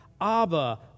Abba